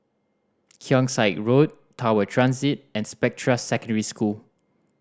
Keong Saik Road Tower Transit and Spectra Secondary School